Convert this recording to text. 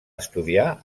estudiar